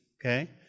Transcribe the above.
Okay